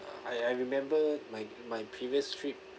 uh I I remember my my previous trip